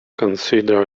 consider